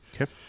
Okay